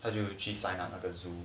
那就去 sign up 那个 zoo